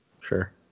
sure